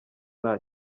nta